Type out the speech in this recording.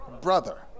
brother